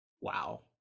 Wow